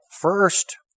First